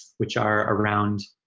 which are around,